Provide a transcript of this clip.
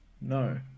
No